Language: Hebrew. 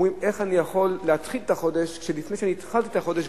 אומרים: איך אני יכול להתחיל את החודש כשלפני שהתחלתי את החודש,